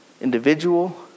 individual